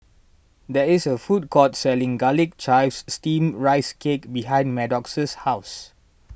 there is a food court selling Garlic Chives Steamed Rice Cake behind Maddox's house